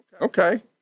okay